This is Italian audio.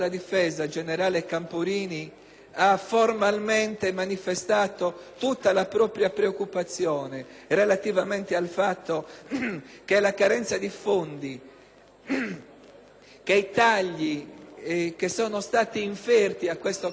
ha formalmente manifestato tutta la propria preoccupazione relativamente al fatto che la carenza di fondi e i tagli che sono stati inferti a questo comparto...